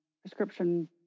prescription